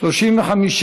נתקבלו.